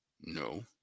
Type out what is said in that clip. No